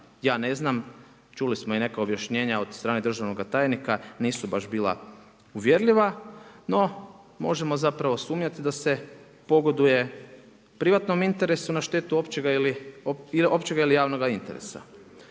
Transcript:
ja ne znam, čuli smo i neka objašnjenja od državnog tajnika, nisu baš bila uvjerljiva, no možemo zapravo sumnjati da se pogoduje privatnom interesu na štetu općega ili javnoga interesa.